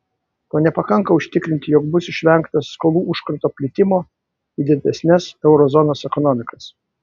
to nepakanka užtikrinti jog bus išvengta skolų užkrato plitimo į didesnes euro zonos ekonomikas